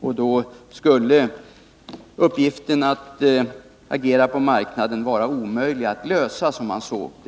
Och då skulle, som man såg det, uppgiften att agera på marknaden vara omöjlig att fullgöra.